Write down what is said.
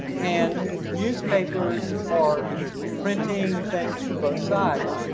and newspapers are printing things from both sides,